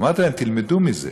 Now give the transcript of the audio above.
אמרתי להם: תלמדו מזה